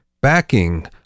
backing